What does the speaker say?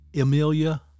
Amelia